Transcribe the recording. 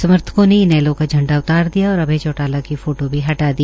समर्थकों ने इनैलो को झंडा उतार कर दिया और अभय चौटाला का फोटो भी हटा दिया